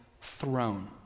throne